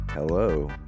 Hello